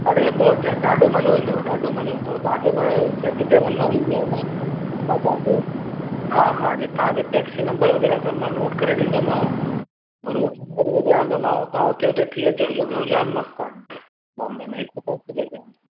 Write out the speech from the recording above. अरे बहुत जा ॾाढो मज़ो ईंदव ॾाढो मज़ो ईंदव तव्हां खे हिते किथे वञिणो बि हुजे न मां तव्हां खे हा हा तव्हां खे टेक्सी नंबर वग़ैरह सभु मां नोट करे डींदोमांव तव्हां ॿुधाईंदोमांव तव्हां उते उते थी अचिजो जॻहियूं जामु मस्तु आहिनि बॉम्बे में हिक खां हिकु जॻहियूं आहिनि